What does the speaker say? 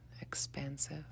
expansive